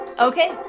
Okay